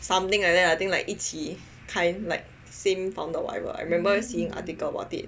something like that I think like 一起开 kind like same founder or whatever I remember seeing article about it